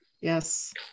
Yes